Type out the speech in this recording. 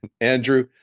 Andrew